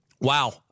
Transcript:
Wow